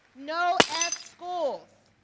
no f schools.